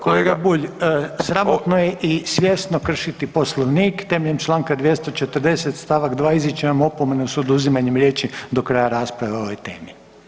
Kolega Bulj, sramotno je i svjesno kršiti Poslovnik, temeljem čl. 240. st. 2. izričem vam opomenu s oduzimanjem riječi do kraja rasprave o ovoj temi.